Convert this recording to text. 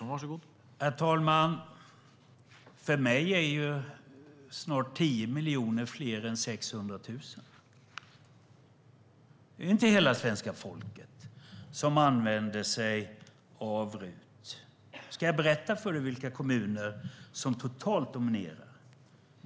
Herr talman! För mig är snart 10 miljoner fler än 600 000. Det är inte hela svenska folket som använder sig av RUT.Ska jag berätta för dig, Helena Bouveng, vilka kommuner som totalt dominerar?